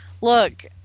look